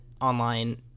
online